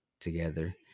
together